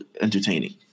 entertaining